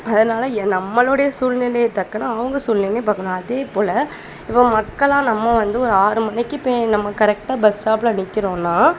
அதனால் ஏ நம்மளோடைய சூழ்நிலைய தக்கன அவங்க சூழ்நிலையும் பார்க்கணும் அதே போல் இப்போ மக்களாக நம்ம வந்து ஒரு ஆறு மணிக்கு போய் நம்ம கரெக்டாக பஸ் ஸ்டாப்ல நிற்கிறோம்னா